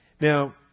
Now